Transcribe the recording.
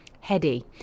heady